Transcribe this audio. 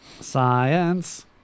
Science